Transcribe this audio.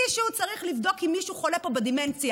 מישהו צריך לבדוק אם מישהו חולה פה בדמנציה.